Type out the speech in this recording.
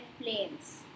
planes